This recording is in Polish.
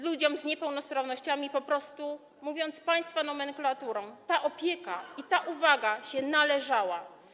Ludziom z niepełnosprawnościami po prostu, mówiąc państwa nomenklaturą, ta opieka i uwaga się należały.